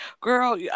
girl